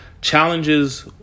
Challenges